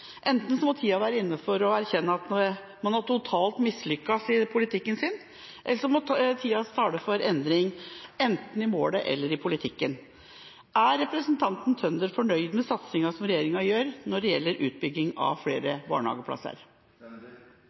Enten må tida være inne for å erkjenne at man totalt har mislyktes i politikken sin, eller så må tida tale for endring enten i målet eller i politikken. Er representanten Tønder fornøyd med satsinga regjeringa gjør når det gjelder utbygging av flere barnehageplasser?